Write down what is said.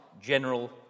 general